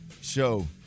Show